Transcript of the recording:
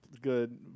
good